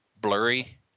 blurry